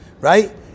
right